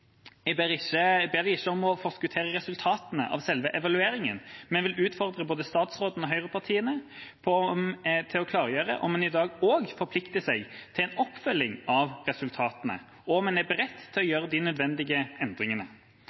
ber dem ikke om å forskuttere resultatene av selve evalueringen, men jeg vil utfordre både statsråden og høyrepartiene til å klargjøre om en i dag også forplikter seg til en oppfølging av resultatene, og om en er beredt til å gjøre de nødvendige endringene.